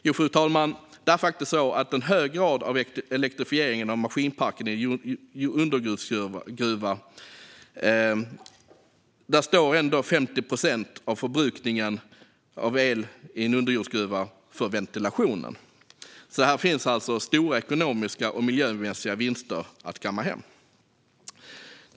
Jo, fru talman, det är faktiskt så att trots en hög grad av elektrifiering av maskinparken i en underjordsgruva går ändå 50 procent av förbrukningen av el i en underjordsgruva till driften av ventilationen. Här finns alltså stora ekonomiska och miljömässiga vinster att kamma hem.